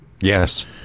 Yes